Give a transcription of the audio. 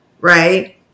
Right